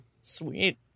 Sweet